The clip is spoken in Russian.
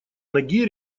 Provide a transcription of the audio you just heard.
ноги